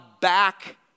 back